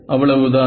அவ்வளவுதான்